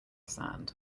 sand